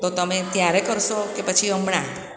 તો તમે ત્યારે કરશો કે પછી હમણાં